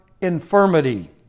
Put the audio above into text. infirmity